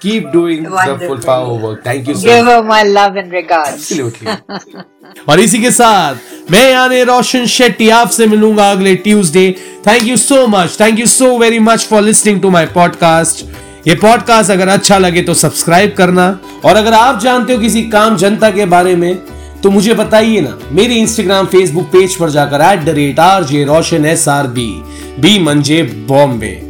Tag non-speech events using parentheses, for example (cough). Keep doing Wonderful. the full power work. Thank you, sir. Give her my love and regards. Absolutely. (laughs) और इसी के साथ मैं यानी रोशन शेट्टी आपसे मिलूंगा अगले Tuesday। Thank you so much. Thank you so very much for listening to my podcast. ये podcast अगर अच्छा लगे तो subscribe करना। और अगर आप जानते हो किसी काम जनता के बारे में, तो मुझे बताइए ना। मेरे Instagram, Facebook page पर जाकर @RJRoshanSRB, B मंजे Bombay।